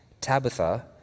Tabitha